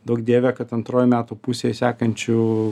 duok dieve kad antroj metų pusėj sekančių